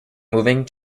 moving